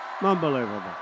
Unbelievable